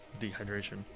dehydration